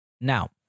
Now